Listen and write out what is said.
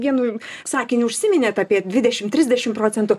vienu sakinį užsiminėt apie dvidešim trisdešim procentų